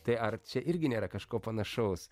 tai ar čia irgi nėra kažko panašaus